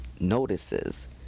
notices